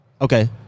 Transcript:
Okay